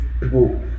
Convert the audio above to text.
people